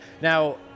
Now